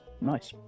Nice